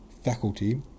faculty